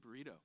burrito